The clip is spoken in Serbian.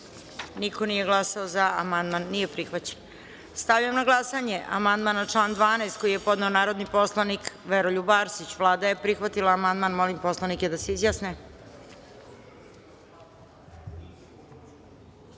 niko nije glasao. Amandman nije prihvaćen. Stavljam na glasanje amandman na član 12. koji je podneo narodni poslanik Veroljub Arsić. Vlada je prihvatila amandman. Molim poslanike da se